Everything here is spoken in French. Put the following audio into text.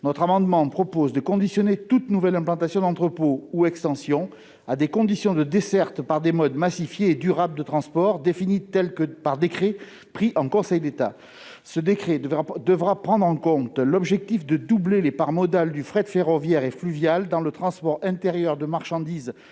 Notre amendement vise à conditionner toute nouvelle implantation d'entrepôt ou extension à des conditions de desserte par des modes massifiés et durables de transports définis par décret en conseil d'État. Ce décret devra prendre en compte l'objectif de doubler les parts modales du fret ferroviaire et fluvial dans le transport intérieur de marchandises